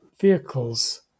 vehicles